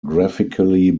graphically